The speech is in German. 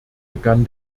begann